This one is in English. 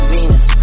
Venus